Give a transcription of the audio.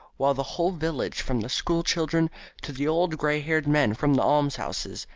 while the whole village, from the school-children to the old grey-haired men from the almshouses,